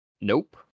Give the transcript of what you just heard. Nope